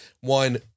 One